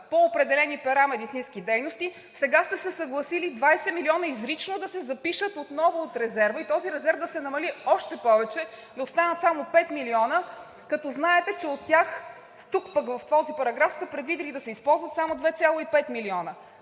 по определени пера медицински дейности, сега сте се съгласили 20 милиона изрично да се запишат отново от резерва и този резерв да се намали още повече – да останат само 5 милиона, като знаете, че от тях – тук в този параграф, сте предвидили да се използват само 2,5 милиона.